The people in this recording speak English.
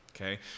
okay